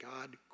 God